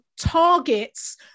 targets